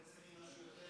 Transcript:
מי שצריך להתנצל זה אתה.